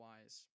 wise